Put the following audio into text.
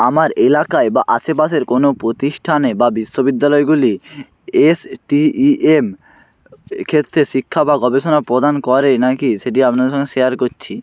আমার এলাকায় বা আশেপাশের কোনও প্রতিস্থানে বা বিশ্ববিদ্যালয়গুলি এস টি ই এম এর ক্ষেত্রে শিক্ষা বা গবেষণা প্রদান করে নাকি সেটি আপনাদের সঙ্গে শেয়ার করছি